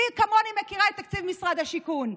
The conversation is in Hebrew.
מי כמוני מכירה את תקציב משרד השיכון.